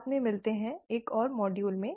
बाद में मिलते हैं एक और मॉड्यूल में